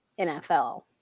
NFL